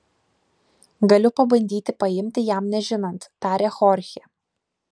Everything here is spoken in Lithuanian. galiu pabandyti paimti jam nežinant tarė chorchė